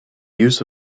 use